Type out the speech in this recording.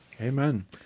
Amen